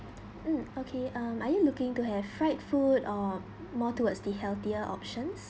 mm okay um are you looking to have fried food or more towards the healthier options